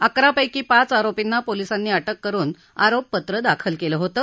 अकरापैकी पाच आरोपींना पोलिसांनी अटक करुन आरोपपत्र दाखल केलं होतं